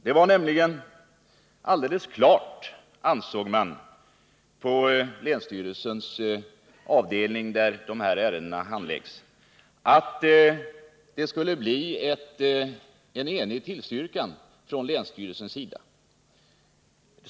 Den avdelning på länsstyrelsen som handlade detta ärende ansåg nämligen att det var alldeles klart att det skulle bli en enig tillstyrkan från länsstyrelsens sida.